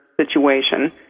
situation